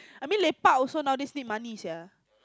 I mean lepak also now a days need money sia